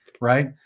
right